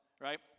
Right